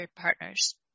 partners